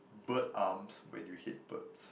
bird arms when you hate birds